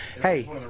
Hey